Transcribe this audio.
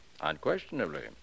Unquestionably